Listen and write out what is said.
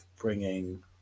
bringing